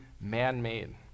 man-made